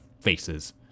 faces